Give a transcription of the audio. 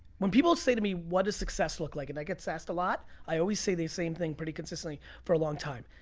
when people say to me, what does success look like, and i get this asked a lot, i always say the same thing pretty consistently for a long time.